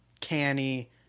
canny